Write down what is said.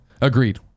Agreed